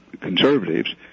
conservatives